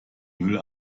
müll